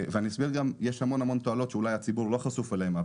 יש בכך המון תועלות שאולי הציבור לא חשוף אליהן.